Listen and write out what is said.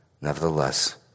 Nevertheless